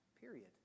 period